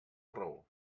raó